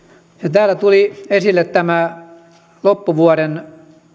täällä tuli esille tämä loppuvuoden